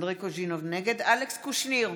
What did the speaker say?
אלכס קושניר,